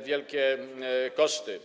wielkie koszty.